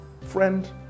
Friend